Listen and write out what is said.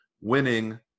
winning